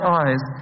eyes